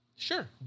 Sure